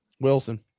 Wilson